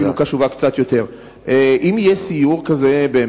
אפילו קשובה קצת יותר.